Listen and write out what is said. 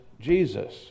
Jesus